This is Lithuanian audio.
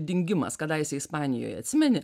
dingimas kadaise ispanijoj atsimeni